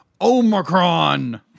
Omicron